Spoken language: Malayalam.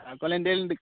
താക്കോൽ എൻ്റെലിണ്ട്